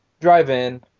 Drive-in